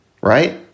right